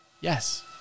yes